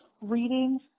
reading